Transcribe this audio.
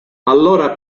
allora